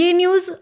news